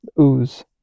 ooze